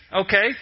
okay